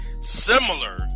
similar